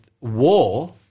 war